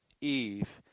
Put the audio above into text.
Eve